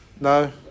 No